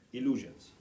Illusions